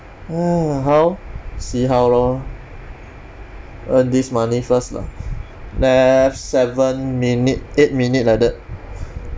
how see how lor earn this money first lah left seven minute eight minute like that